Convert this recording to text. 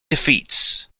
defeats